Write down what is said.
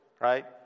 right